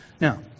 Now